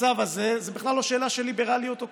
במצב הזה זו בכלל לא שאלה של ליברליות או קפיטליזם.